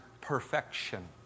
perfection